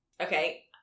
Okay